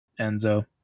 enzo